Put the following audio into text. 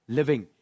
living